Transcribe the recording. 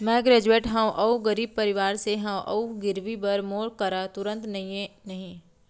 मैं ग्रेजुएट हव अऊ गरीब परवार से हव अऊ गिरवी बर मोर करा तुरंत नहीं हवय त मोला व्यवसाय बर लोन मिलिस सकथे?